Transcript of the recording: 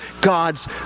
God's